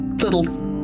little